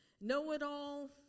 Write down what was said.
know-it-all